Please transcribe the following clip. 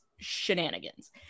shenanigans